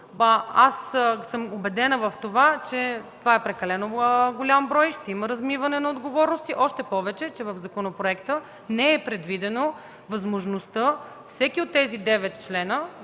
Аз съм убедена, че това е прекалено голям брой, ще има размиване на отговорности, още повече че в законопроекта не е предвидена възможността всеки от тези девет члена